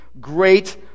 great